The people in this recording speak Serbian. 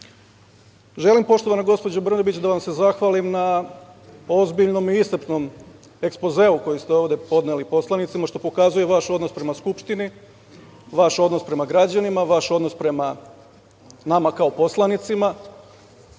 naroda. Želim, poštovana gospođo Brnabić, da vam se zahvalim na ozbiljnom i iscrpnom ekspozeu koji ste ovde podneli poslanicima, što pokazuje vaš odnos prema Skupštini, vaš odnos prema građanima, vaš odnos prema nama kao poslanicima.